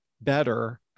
better